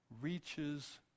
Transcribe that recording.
reaches